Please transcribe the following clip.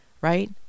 right